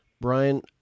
Brian